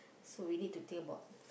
so we need to think about